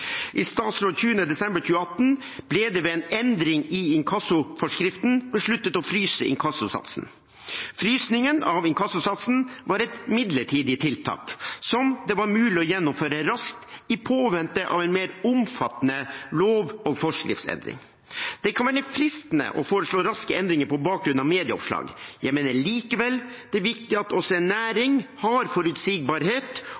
I statsråd den 20. desember 2018 ble det ved en endring i inkassoforskriften besluttet å fryse inkassosatsen. Frysingen av inkassosatsen var et midlertidig tiltak som det var mulig å gjennomføre raskt, i påvente av en mer omfattende lov- og forskriftsendring. Det kan være fristende å foreslå raske endringer på bakgrunn av medieoppslag. Jeg mener likevel det er viktig at også